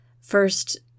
First